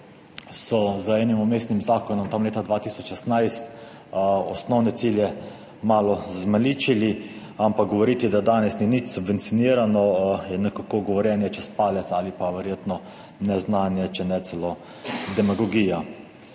so z enim vmesnim zakonom tam leta 2016 osnovne cilje malo zmaličili, ampak govoriti, da danes ni nič subvencionirano, je nekako govorjenje čez palec ali pa verjetno neznanje, če ne celo demagogija.